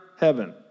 heaven